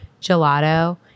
gelato